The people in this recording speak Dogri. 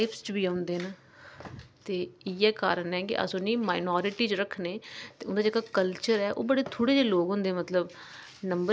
इत्थै जि'यां सपोज शोशली गल्ल करचै तां कुड़ियां बहुत जि'यां अगर जि'यां यू पी ऐस्सी दी गल्ल करचै तां हून जेकर रिसैंटली पिच्छे जेह्का रजल्ट आया जेह्का ओह्दा